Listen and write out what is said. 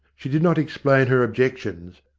she did not explain her objections,